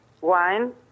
wine